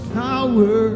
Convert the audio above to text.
power